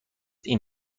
این